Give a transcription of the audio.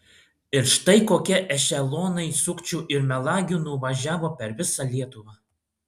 ir štai kokie ešelonai sukčių ir melagių nuvažiavo per visą lietuvą